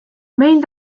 meil